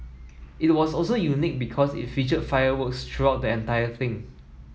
it was also unique because it featured fireworks throughout the entire thing